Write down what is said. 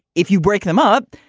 if you break them up,